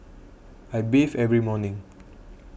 I bathe every morning